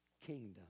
kingdom